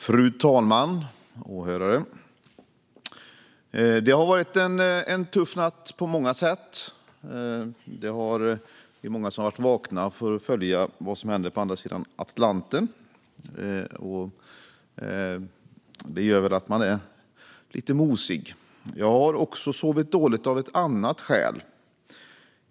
Fru talman och åhörare! Det har varit en tuff natt på många sätt. Vi är många som har varit vakna för att följa vad som händer på andra sidan Atlanten. Det gör väl att man är lite mosig. Jag har också sovit dåligt av ett annat skäl.